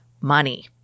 money